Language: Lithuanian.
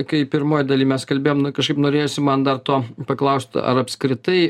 kai pirmoj daly mes kalbėjom nu kažkaip norėjosi man dar to paklaust ar apskritai